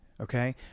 Okay